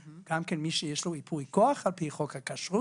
גם מי שיש לו ייפוי כוח על פי חוק הכשרות,